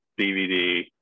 DVD